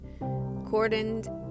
cordoned